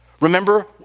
Remember